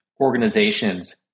organizations